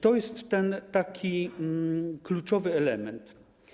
To jest taki kluczowy element.